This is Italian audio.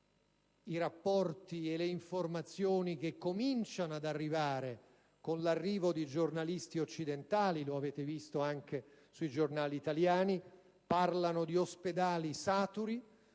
i rapporti e le informazioni che cominciano ad arrivare con l'arrivo di giornalisti occidentali - lo avete letto anche sui giornali italiani - parlano di ospedali saturi,